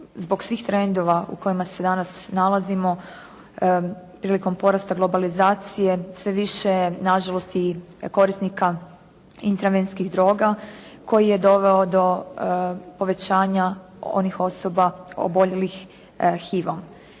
zbog svih trendova u kojima se danas nalazimo prilikom porasta globalizacije sve više je nažalost i korisnika intravenskih droga koji je doveo do povećanja onih osoba oboljelih HIV-om.